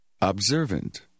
Observant